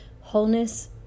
Wholeness